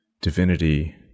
divinity